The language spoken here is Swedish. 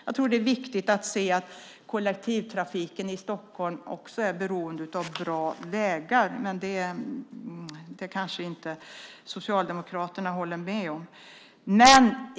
Jag tror att det är viktigt att se att kollektivtrafiken i Stockholm också är beroende av bra vägar, men det kanske inte Socialdemokraterna håller med om.